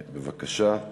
בבקשה.